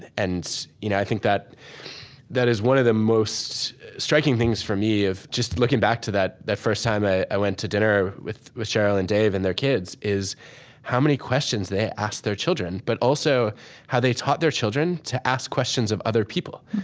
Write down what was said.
and you know i think that that is one of the most striking things for me just just looking back to that that first time ah i went to dinner with with sheryl and dave and their kids is how many questions they asked their children, but also how they taught their children to ask questions of other people.